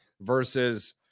versus